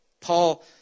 Paul